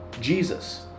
Jesus